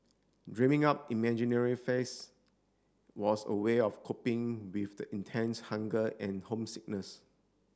dreaming up imaginary face was a way of coping with the intense hunger and homesickness